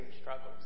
struggles